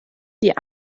die